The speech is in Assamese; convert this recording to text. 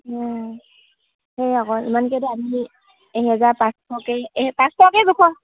সেই আকৌ ইমানকেইটা আমি এহেজাৰ পাঁচশকৈ এ পাঁচশকৈ জোখা